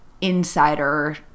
insider